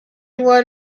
were